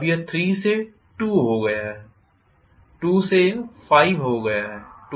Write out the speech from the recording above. अब यह 3 से 2 हो गया है 2 से यह 5 हो गया है 235